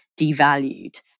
devalued